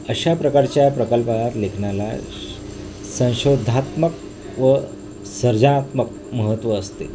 अशा प्रकारच्या प्रकल्पात लेखनाला स संशोधात्मक व सर्जनात्मक महत्त्व असते